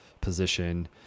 position